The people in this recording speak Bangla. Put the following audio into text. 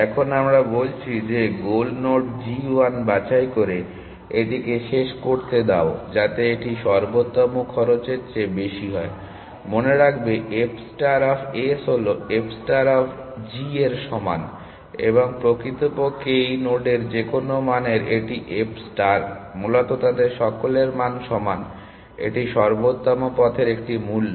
এখন আমরা বলছি যে গোল নোড g 1 বাছাই করে এটিকে শেষ করতে দাও যাতে এটি সর্বোত্তম খরচের চেয়ে বেশি হয় মনে রাখবে f ষ্টার অফ s হল f ষ্টার অফ g এর সমান এবং প্রকৃতপক্ষে এই নোডের যেকোন মানের এটি f ষ্টার মূলত তাদের সকলের মান সমান এটি সর্বোত্তম পথের একটি মূল্য